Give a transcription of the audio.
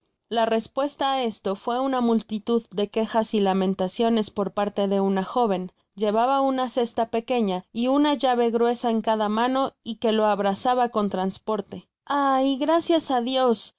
la respuesta á esto fué una multitud de quejas y lamentaciones por parte de una joven llevaba una costa pequeña y una llave gruesa en cada mano y que lo abrazaba con trasporte y gracias á dios al